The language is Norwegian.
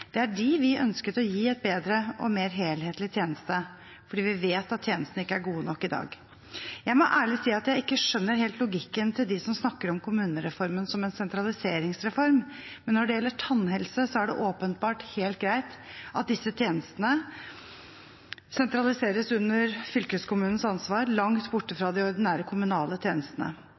Det er dem vi ønsket å gi en bedre og mer helhetlig tjeneste, for vi vet at tjenestene ikke er gode nok i dag. Jeg må ærlig si at jeg ikke skjønner helt logikken til dem som snakker om kommunereformen som en sentraliseringsreform. Men når det gjelder tannhelse, er det åpenbart helt greit at disse tjenestene sentraliseres under fylkeskommunens ansvar, langt borte fra de ordinære kommunale tjenestene.